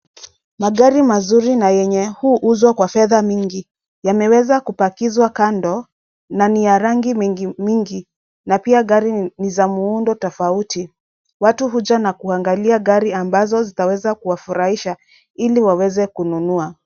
Magari mazuri na yenye huuzwa kwa fedha mingi, yameweza kupakizwa kando, na ni ya rangi mingi mingi na pia gari ni za muundo tofauti. Watu hujaa na kuangalia gari ambazo zitaweza kuafurahisha ili waweze kununua.